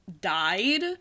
died